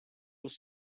was